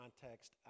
context